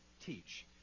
teach